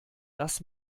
dass